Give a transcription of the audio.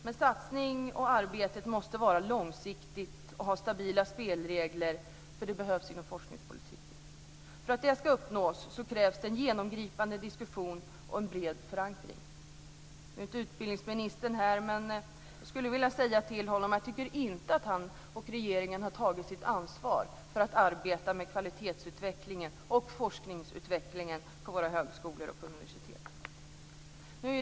Men satsningen och arbetet måste vara långsiktigt och ha stabila spelregler, för det behövs inom forskningspolitiken. För att det ska uppnås krävs det en genomgripande diskussion och en bred förankring. Nu är inte utbildningsministern här, men jag skulle vilja säga till honom att jag inte tycker att han och regeringen har tagit sitt ansvar för att arbeta med kvalitetsutvecklingen och forskningsutvecklingen på våra högskolor och universitet.